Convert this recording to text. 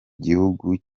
gihugu